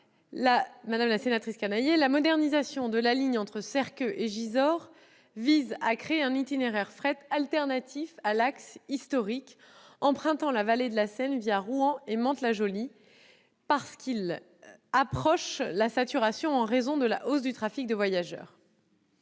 la modernisation de la ligne entre Serqueux et Gisors vise à créer un itinéraire fret alternatif à l'axe historique empruntant la vallée de la Seine Rouen et Mantes-la-Jolie, proche de la saturation en raison de la hausse du trafic de voyageurs.